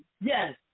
Yes